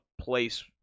place